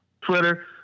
Twitter